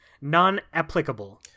non-applicable